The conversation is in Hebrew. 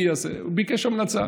הוא ביקש המלצה.